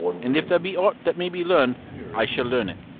and if there be aught that may be learned i shall learn it.